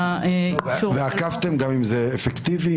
- עקבתם אם זה אפקטיבי,